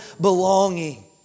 belonging